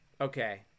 Okay